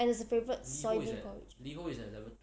and is a favourite soybean bubble tea